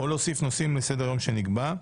או להוסיף נושאים לסדר היום שנקבע,